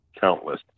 countless